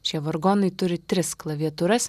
šie vargonai turi tris klaviatūras